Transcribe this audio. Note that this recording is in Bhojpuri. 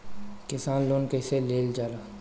किसान लोन कईसे लेल जाला?